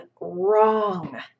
wrong